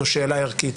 זו שאלה ערכית.